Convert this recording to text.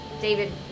david